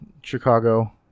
Chicago